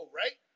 right